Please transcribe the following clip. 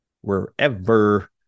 wherever